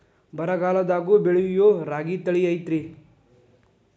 ಬರಗಾಲದಾಗೂ ಬೆಳಿಯೋ ರಾಗಿ ತಳಿ ಐತ್ರಿ?